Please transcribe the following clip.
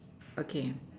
okay